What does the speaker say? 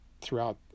throughout